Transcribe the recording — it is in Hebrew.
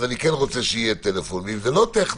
אז אני כן רוצה שיהיה טלפון, ואם זה לא טכני,